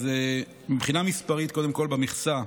מבחינה מספרית במכסה,